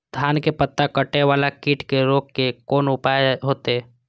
धान के पत्ता कटे वाला कीट के रोक के कोन उपाय होते?